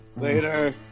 Later